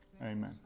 Amen